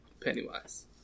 Pennywise